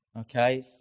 Okay